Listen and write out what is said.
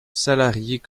salariés